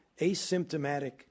asymptomatic